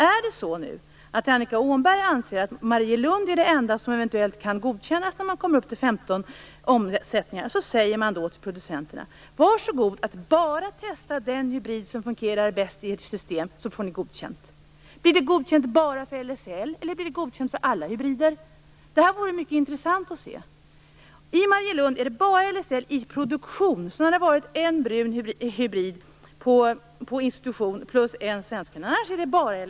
Är det så nu att Annika Åhnberg anser att Marielund är det enda som eventuellt kan godkännas när man kommer upp till 15 omgångar så säger man till producenterna: Var så god att bara testa den hybrid som fungerar bäst i ert system, så får ni godkänt. Blir det godkänt bara för LSL, eller blir det godkänt för alla hybrider? Det här vore mycket intressant att få reda på. I Marielund är det bara LSL i produktion. Sedan har det varit en brun hybrid på institution och en svensk höna. Annars är det bara LSL.